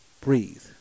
breathe